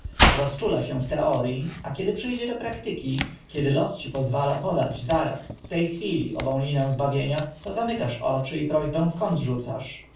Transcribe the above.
rozczula się w teorii a kiedy przy dzie do praktyki kiedy los ci pozwala podać zaraz w te chwili ową linę zbawienia to zamykasz oczy i prośbę w kąt rzucasz